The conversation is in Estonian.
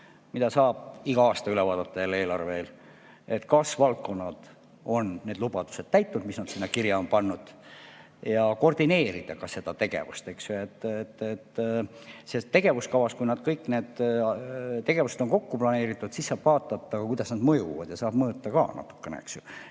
mida saab igal aastal jälle üle vaadata, eelarve eel, et kas valdkonnad on täitnud need lubadused, mis nad on sinna kirja pannud, ja koordineerida ka seda tegevust, eks ju. Sest tegevuskavas, kui kõik need tegevused on kokku planeeritud, saab vaadata, kuidas need mõjuvad ja saab mõõta ka natukene, eks ju.